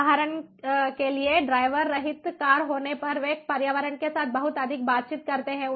उदाहरण के लिए ड्राइवर रहित कार होने पर वे पर्यावरण के साथ बहुत अधिक बातचीत करते हैं